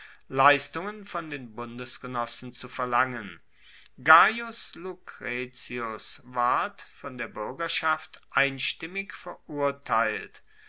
leistungen von den bundesgenossen zu verlangen gaius lucretius ward von der buergerschaft einstimmig verurteilt